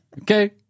Okay